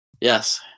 Yes